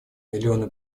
миллионы